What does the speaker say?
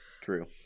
True